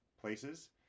places